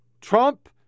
Trump